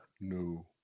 No